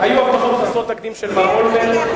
היו הבטחות חסרות תקדים של מר אולמרט.